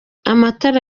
amatara